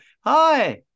hi